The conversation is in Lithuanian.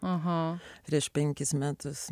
aha prieš penkis metus